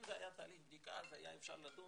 אם זה היה תהליך הבדיקה אז היה אפשר לדון